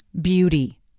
beauty